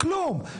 כלום.